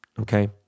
Okay